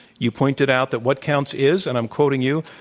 you pointed out that what counts is and i'm quoting you,